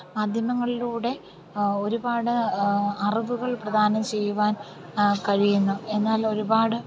മാധ്യമങ്ങളിലൂടെ ഒരുപാട് അറിവുകൾ പ്രദാനം ചെയ്യുവാൻ കഴിയുന്നു എന്നാലൊരുപാട്